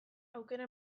aukera